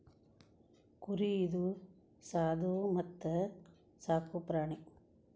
ಕುರಿ ಇದು ಸಾದು ಮತ್ತ ಸಾಕು ಪ್ರಾಣಿ